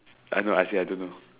I know I say I don't know